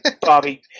Bobby